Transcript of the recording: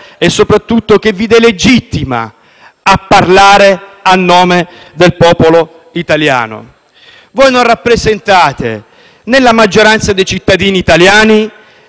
a parlare a nome del popolo italiano. Voi non rappresentate la maggioranza dei cittadini italiani, né un Governo eletto dal popolo: